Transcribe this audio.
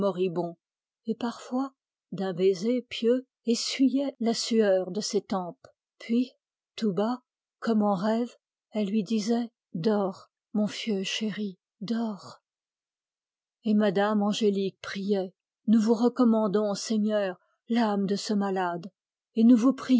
et parfois d'un baiser pieux essuyait la sueur de ses tempes puis tout bas comme un rêve elle lui disait dors mon fieu chéri dors et mme angélique priait nous vous recommandons seigneur l'âme de ce malade et nous vous